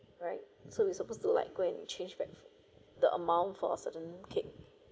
alright so we supposed to like go and change back the amount for a certain cake